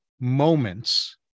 moments